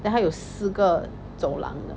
then 还有四个走廊的